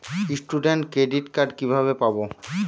Student credit card কিভাবে পাব?